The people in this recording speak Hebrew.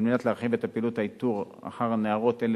על מנת להרחיב את פעולות האיתור של נערות אלו